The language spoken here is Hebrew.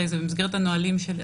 הרי זה במסגרת הנהלים,